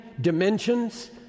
dimensions